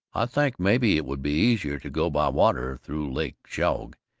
i think maybe it would be easier to go by water, through lake chogue.